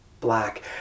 black